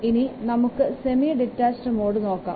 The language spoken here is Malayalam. ഇനി നമുക്ക് സെമി ഡിറ്റാച്ചഡ് മോഡ് നോക്കാം